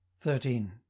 thirteen